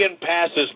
passes